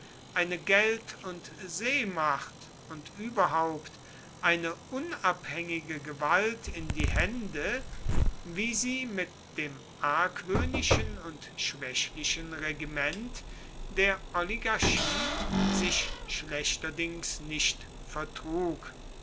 eine geld und seemacht und überhaupt eine unabhängige gewalt in die hände wie sie mit dem argwöhnischen und schwächlichen regiment der oligarchie sich schlechterdings nicht